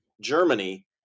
Germany